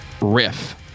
riff